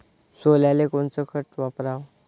सोल्याले कोनचं खत वापराव?